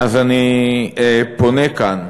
אני פונה כאן